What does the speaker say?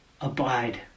Abide